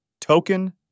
Token